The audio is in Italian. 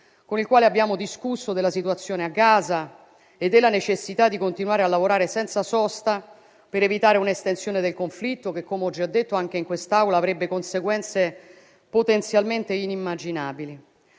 con il quale abbiamo discusso della situazione a Gaza e della necessità di continuare a lavorare senza sosta per evitare un'estensione del conflitto che, come ho già detto anche in quest'Aula, avrebbe conseguenze potenzialmente inimmaginabili.